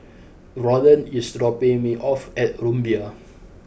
Rolland is dropping me off at Rumbia